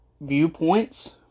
viewpoints